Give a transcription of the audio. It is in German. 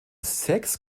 sechs